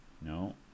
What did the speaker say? No